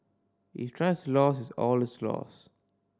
if trust is lost all is lost